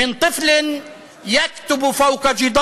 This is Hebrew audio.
/ מילד הכותב על קיר.